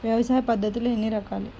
వ్యవసాయ పద్ధతులు ఎన్ని రకాలు?